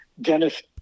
Dennis